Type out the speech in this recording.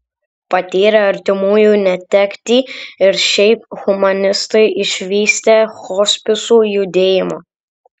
patyrę artimųjų netektį ir šiaip humanistai išvystė hospisų judėjimą